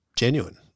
genuine